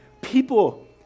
People